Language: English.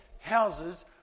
houses